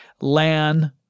LAN